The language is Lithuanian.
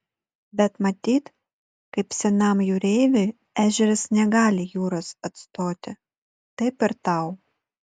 bet matyt kaip senam jūreiviui ežeras negali jūros atstoti taip ir tau